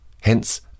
Hence